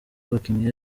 bakinnye